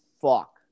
fuck